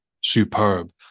superb